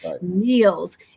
meals